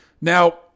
Now